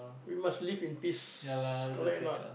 we must live in peace correct or not